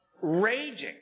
raging